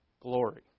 glory